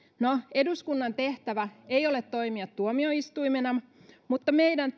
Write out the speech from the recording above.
eduskunnan tehtävä ei ole toimia tuomioistuimena mutta meidän